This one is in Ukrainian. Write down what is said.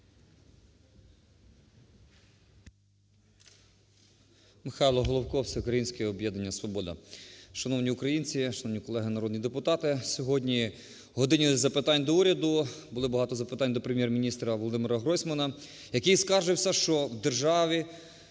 Михайло Головко, Всеукраїнське об'єднання "Свобода". Шановні українці, шановні колеги народні депутати! Сьогодні в "годині запитань до Уряду" було багато запитань до Прем'єр-міністра ВолодимираГройсмана, який скаржився, що в державі,